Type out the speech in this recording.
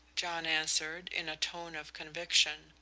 john answered, in a tone of conviction.